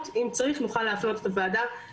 הנה עכשיו נכנסתי לזכותון לא בעברית.